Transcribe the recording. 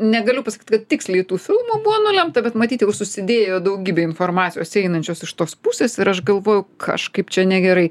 negaliu pasakyt kad tiksliai tų filmų buvo nulemta bet matyt jau susidėjo daugybė informacijos einančios iš tos pusės ir aš galvojau kažkaip čia negerai